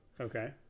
Okay